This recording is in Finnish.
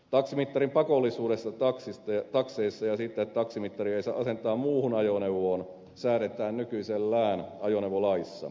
taksimittarin pakollisuudesta takseissa ja siitä että taksimittaria ei saa asentaa muuhun ajoneuvoon säädetään nykyisellään ajoneuvolaissa